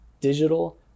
digital